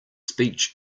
speech